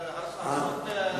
שזה עזריאלי.